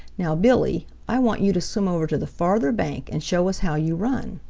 now, billy, i want you to swim over to the farther bank and show us how you run.